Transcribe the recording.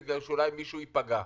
בבקשה,